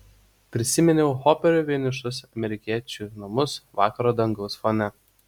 prisiminiau hoperio vienišus amerikiečių namus vakaro dangaus fone